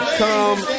come